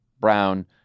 brown